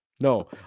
No